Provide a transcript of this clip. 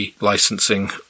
licensing